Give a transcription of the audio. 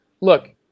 look